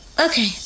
okay